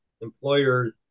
employers